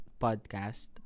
podcast